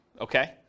okay